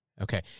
Okay